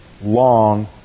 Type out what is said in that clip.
long